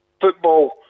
football